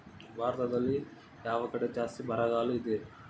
ಭಾರತದಲ್ಲಿ ಯಾವ ಕಡೆ ಜಾಸ್ತಿ ಬರಗಾಲ ಇದೆ?